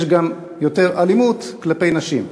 יש גם יותר אלימות כלפי נשים.